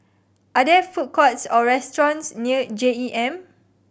are there food courts or restaurants near J E M